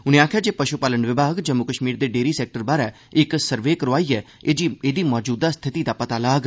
उनें आखेआ जे पशु पालन विभाग जम्मू कश्मीर दे डेयरी सैक्टर बारै इक सर्वे करोआइयै एहदी मौजूदा स्थिति दा पता लाग